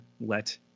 let